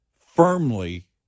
firmly